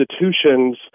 institutions –